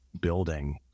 building